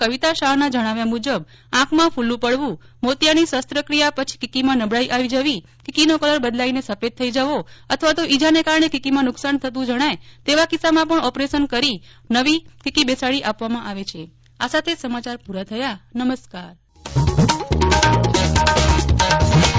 કવિતા શાહના જણાવ્યા મુજબ આંખમં ફુલુ પડવુંમોતિયાની શસ્ત્રક્રિયા પછી કીકીમાં નબળાઈ આવી જવીકીકીનો કલર બદલાઈને સફેદ થઈ જવો અથવા તો ઈજ્જાને કારણે કીકીમાં નુકશાન થતું જણાય તેવા કિસ્સામાૃ પણ ઓપરેશન કરી નવીકીકી બેસાડી આપવામાં આવે છે જેથી દર્દીની આંખની રોશની યથાવત રહે છે